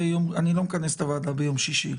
אני לא מכנס את הוועדה ביום שישי,